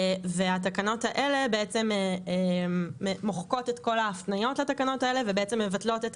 והתקנות האלה בעצם מוחקות את כל ההפניות לתקנות האלה ובעצם מבטלות את